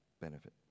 benefit